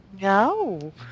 No